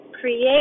create